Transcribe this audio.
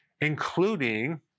including